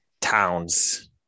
towns